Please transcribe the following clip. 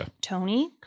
Tony